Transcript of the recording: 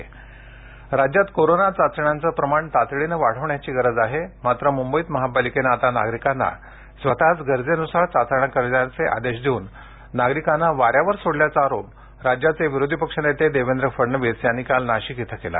नाशिक राज्यात कोरोना चाचण्यांचं प्रमाण तातडीने वाढवण्याची गरज आहे मात्र मुंबईत महापालिकेने आता नागरीकांना स्वतच गरजेनुसार चाचण्या करण्याचे आदेश देऊन नागरीकांना वाऱ्यावर सोडल्याचा आरोप राज्याचे विरोधी पक्ष नेते देवेंद्र फडणवीस यांनी काल नाशिकमध्ये केला